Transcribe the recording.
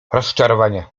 rozczarowania